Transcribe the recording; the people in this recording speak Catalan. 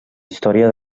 història